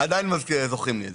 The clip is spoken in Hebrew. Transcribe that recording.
עדיין זוכרים לי את זה.